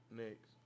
next